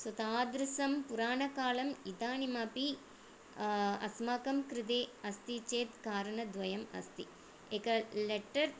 सो तादृशं पुराणकालं इदानीमपि अस्माकं कृते अस्ति चेत् कारणद्वयम् अस्ति एकं लेटर्